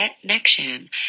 connection